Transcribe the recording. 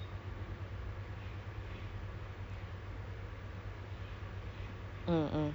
cause I applied for teaching macam english you know lang~ languages lah basically